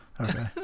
okay